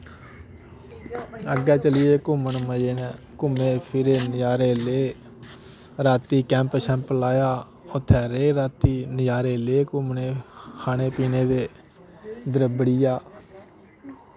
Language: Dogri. अग्गै चली गे घूमन मजे नै घूमे फिरे नजारे ले रातीं कैंप शैंप लाया उत्थै रेह् राती नजारे ले घूमने खाने पीने दे द्रब्बड़िया